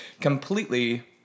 completely